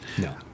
No